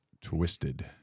twisted